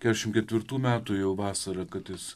keturiasdešimt ketvirtų metų jau vasarą kad jis